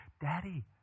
Daddy